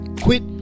quit